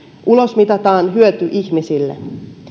ulosmitataan hyöty ihmisille